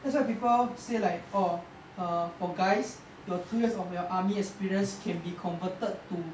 that's why people say like orh err for guys your two years of your army experience can be converted to